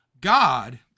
God